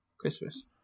Christmas